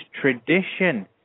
tradition